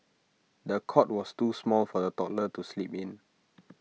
the cot was too small for the toddler to sleep in